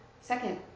second